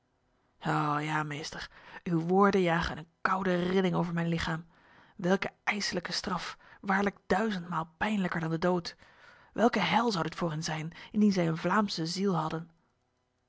ja meester uw woorden jagen een koude rilling over mijn lichaam welke ijslijke straf waarlijk duizendmaal pijnlijker dan de dood welke hel zou dit voor hen zijn indien zij een vlaamse ziel hadden